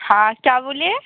हाँ क्या बोले